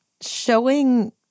showing